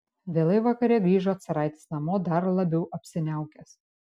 vėlai vakare grįžo caraitis namo dar labiau apsiniaukęs